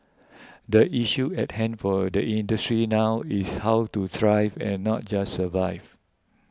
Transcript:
the issue at hand for the industry now is how to thrive and not just survive